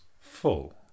full